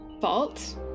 fault